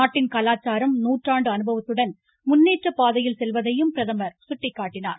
நாட்டின் கலாச்சாரம் நூற்றாண்டு அனுபவத்துடன் முன்னேற்றப்பாதையில் செல்வதையும் பிரதமர் சுட்டிக்காட்டினார்